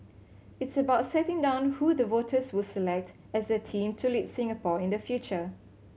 it's about setting down who the voters will select as their team to lead Singapore in the future